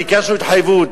ביקשנו התחייבות.